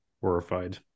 horrified